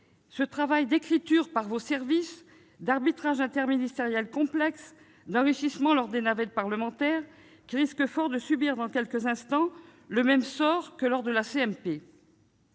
-, d'écriture par vos services, d'arbitrages interministériels complexes, d'enrichissements au gré de la navette parlementaire, risquer fort de subir dans quelques instants le même sort que lors de la